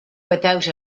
without